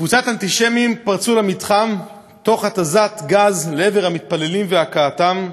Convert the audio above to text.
קבוצת אנטישמים פרצו למתחם תוך התזת גז לעבר המתפללים והכאתם,